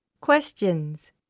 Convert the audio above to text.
Questions